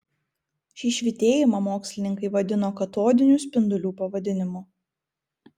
šį švytėjimą mokslininkai vadino katodinių spindulių pavadinimu